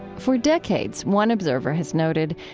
for decades, one observer has noted,